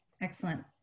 Excellent